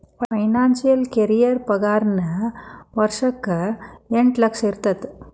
financial career ಪಾಗಾರನ ವರ್ಷಕ್ಕ ಎಂಟ್ ಲಕ್ಷ ಇರತ್ತ